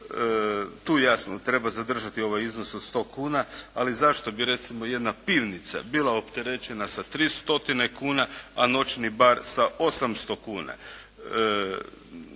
Tu jasno, treba zadržati ovaj iznos od 100 kuna, ali zašto bi recimo jedna pivnica bila opterećena sa 300 kuna a noćni bar sa 800 kuna.